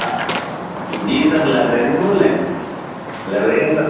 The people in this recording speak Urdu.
ہاں جی سر لائبریری سے بول رہے ہیں لائبریرین سر